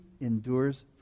endures